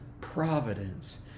providence